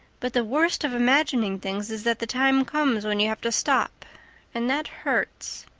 but the worst of imagining things is that the time comes when you have to stop and that hurts.